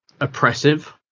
oppressive